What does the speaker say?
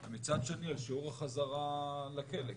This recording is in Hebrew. ומצד שני על שיעור החזרה לכלא,